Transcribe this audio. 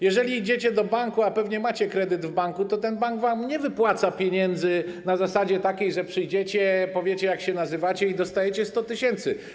Jeżeli idziecie do banku, a pewnie macie kredyt w banku, to ten bank wam nie wypłaca pieniędzy na zasadzie takiej, że przyjdziecie, powiecie, jak się nazywacie, i dostaniecie 100 tys.